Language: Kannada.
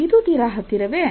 ಇದು ತ್ತೀರ ಹತ್ತಿರವೇ